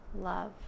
love